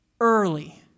early